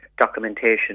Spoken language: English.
documentation